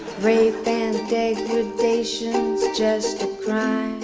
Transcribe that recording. rape and degradation's just a crime